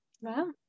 Wow